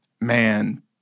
man